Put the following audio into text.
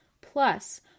Plus